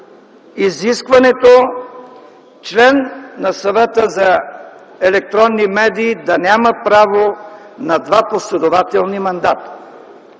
изискването – член на Съвета за електронни медии да няма право на два последователни мандата.